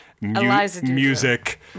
music